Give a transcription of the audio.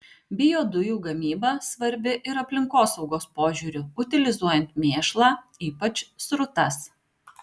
biodujų gamyba svarbi ir aplinkosaugos požiūriu utilizuojant mėšlą ypač srutas